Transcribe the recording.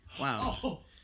Wow